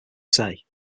jose